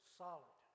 solid